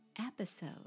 episode